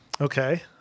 Okay